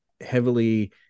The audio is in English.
heavily